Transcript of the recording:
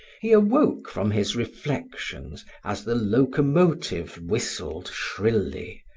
he awoke from his reflections as the locomotive whistled shrilly,